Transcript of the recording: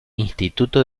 instituto